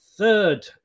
Third